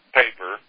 paper